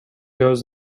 goes